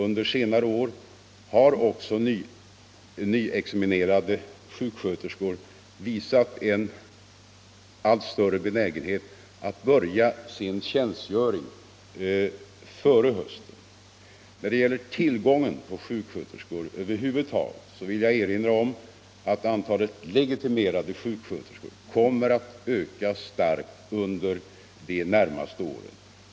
Under senare år har också nyexaminerade sjuksköterskor visat en allt större obenägenhet att börja sin tjänstgöring före hösten. När det gäller tillgången på sjuksköterskor över huvud taget vill jag erinra om att antalet legitimerade sjuksköterskor kommer att öka starkt under de närmaste åren.